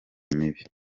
mibi